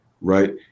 right